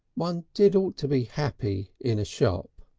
one did ought to be happy in a shop,